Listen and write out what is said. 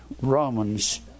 Romans